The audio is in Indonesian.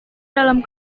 dalam